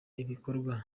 ibikorwa